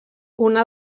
una